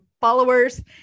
followers